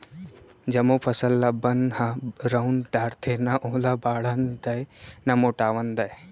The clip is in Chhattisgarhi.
जमो फसल ल बन ह रउंद डारथे, न ओला बाढ़न दय न मोटावन दय